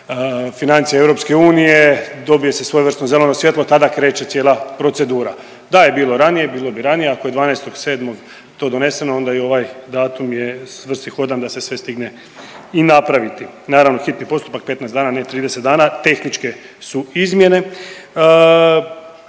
financija EU, dobije se svojevrsno zeleno svjetlo, tada kreće cijela procedura. Da je bilo ranije, bilo bi ranije, ako je 12.7. to doneseno onda i ovaj datum je svrsishodan da se sve stigne i napraviti. Naravno hitno postupak 15 dana, ne 30 dana tehničke su izmjene.